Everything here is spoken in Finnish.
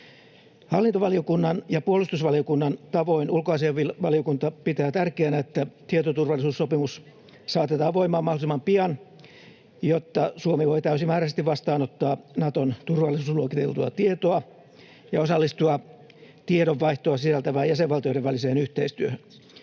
ja puolustusvaliokunnan tavoin ulkoasiainvaliokunta pitää tärkeänä, että tietoturvallisuussopimus saatetaan voimaan mahdollisimman pian, jotta Suomi voi täysimääräisesti vastaanottaa Naton turvallisuusluokiteltua tietoa ja osallistua tiedonvaihtoa sisältävään jäsenvaltioiden väliseen yhteistyöhön.